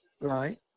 Right